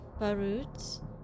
Barut